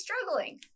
struggling